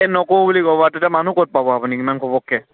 নকৰোঁ বুলি ক'বা তেতিয়া মানুহ ক'ত পাব আপুনি ইমান ঘপকৈ